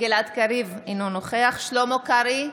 גלעד קריב, אינו נוכח שלמה קרעי,